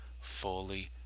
fully